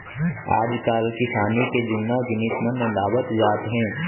आजकाल किसानी के जुन्ना जिनिस मन नंदावत जात हें